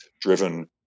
driven